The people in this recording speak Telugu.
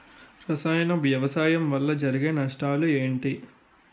రసాయన వ్యవసాయం వల్ల జరిగే నష్టాలు ఏంటి?